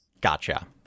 gotcha